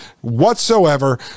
whatsoever